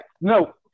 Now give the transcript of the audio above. no